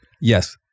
Yes